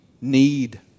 need